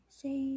say